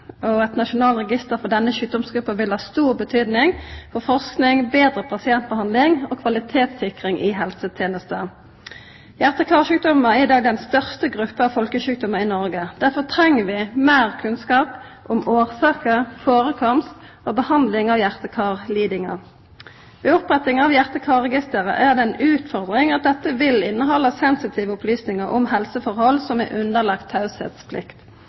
Eit nasjonalt register for denne sjukdomsgruppa vil ha stor betydning for forsking, betre pasientbehandling og kvalitetssikring i helsetenesta. Hjarte- og karsjukdomar er i dag den største gruppa av folkesjukdomar i Noreg. Derfor treng vi meir kunnskap om årsaker, førekomst og behandling av hjarte- og karlidingar. Ved oppretting av hjarte- og karregisteret er det ei utfordring at dette vil innehalda sensitive opplysningar om helseforhold som er